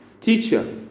teacher